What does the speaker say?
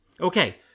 okay